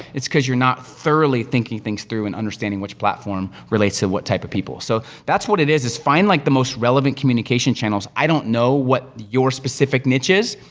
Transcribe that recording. it's cause you're not thoroughly thinking things through, and understanding which platform relates to what type of people. so, that's what it is, is find like the most relevant communication channels. i don't know what your specific niche is,